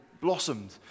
blossomed